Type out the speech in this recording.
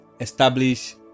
establish